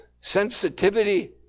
sensitivity